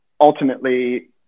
ultimately